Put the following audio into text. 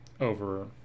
over